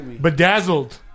Bedazzled